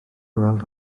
gweld